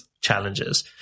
challenges